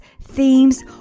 themes